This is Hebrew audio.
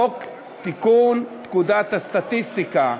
חוק תיקון לפקודת הסטטיסטיקה,